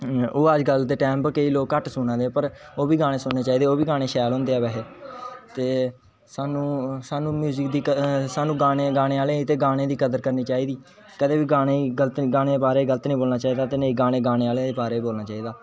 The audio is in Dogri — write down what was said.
ओह् अजकल दे टाइम उपर केंई लोक कट्ट सुना दे पर ओ वी गाने सुनने चाहिदे ओ बी गाने शैल होंदे ऐ बेसे ते सानू म्युयिक दी कदर ते गाने गाने आहले ते म्युयिक दी कद़र करनी चाहिदी कंदे बी गाने गल्त गाने दे बारे च गल्त नेई बोलना चाहिदा ते नेई गाने गाने आहले दे बारे करना चाहिदा